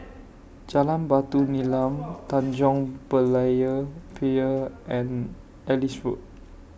Jalan Batu Nilam Tanjong Berlayer Pier and Ellis Road